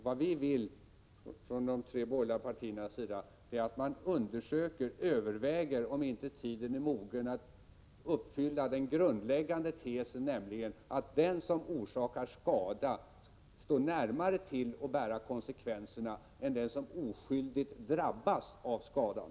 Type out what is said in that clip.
Vad vi vill från de tre borgerliga partiernas sida är att man överväger, om inte tiden är mogen att uppfylla den grundläggande tesen, nämligen att den som orsakar skada står närmare till att bära konsekvenserna än den som oskyldigt drabbas av skadan.